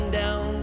down